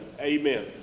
Amen